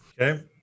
Okay